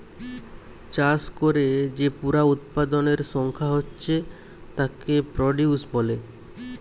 চাষ কোরে যে পুরা উৎপাদনের সংখ্যা হচ্ছে তাকে প্রডিউস বলে